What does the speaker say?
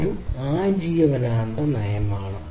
ഇതൊരു ആജീവനാന്ത നയമാണ്